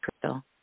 Crystal